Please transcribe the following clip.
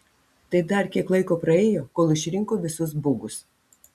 tai dar kiek laiko praėjo kol išrinko visus bugus